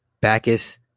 Bacchus